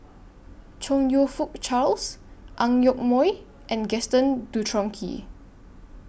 Chong YOU Fook Charles Ang Yoke Mooi and Gaston Dutronquoy